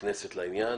בכנסת לעניין.